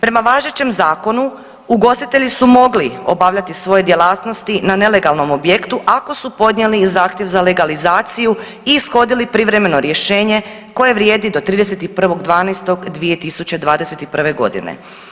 Prema važećem zakonu ugostitelji su mogli obavljati svoje djelatnosti na nelegalnom objektu ako su podnijeli zahtjev za legalizaciju i ishodili privremeno rješenje koje vrijedi do 31.12.2021.g.